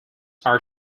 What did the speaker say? are